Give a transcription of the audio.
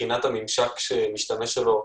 מבחינת הממשק שלו,